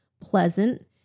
pleasant